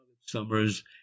Summers